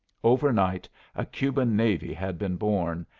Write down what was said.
over night a cuban navy had been born,